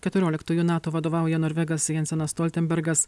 keturioliktųjų nato vadovauja norvegas jensenas stoltenbergas